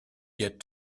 get